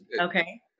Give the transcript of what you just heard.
Okay